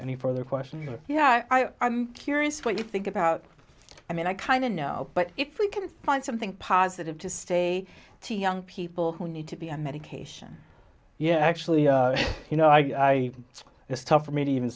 any further question yeah i'm curious what you think about it i mean i kind of know but if we can find something positive to say to young people who need to be on medication yeah actually you know i it's tough for me to even